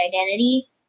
identity